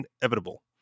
inevitable